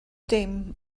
dim